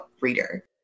reader